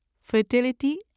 fertility